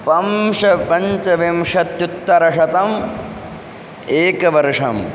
पञ्च पञ्चविंशत्युत्तरशतम् एकवर्षम्